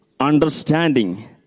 Understanding